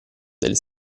delle